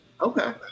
okay